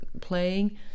playing